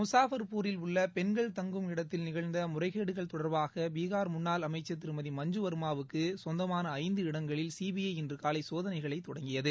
முஷாபா்பூரில் உள்ள பெண்கள் தங்கும் இடத்தில் நிகழ்ந்த முறைகேடுகள் தொடா்பாக பீகார் முன்னாள் அமைச்சர் திருமதி மஞ்சு வர்மாவுக்குச் சொந்தமான ஐந்து இடங்களில் சிபிஐ இன்று காலை சோதனைகளை தொடங்கியது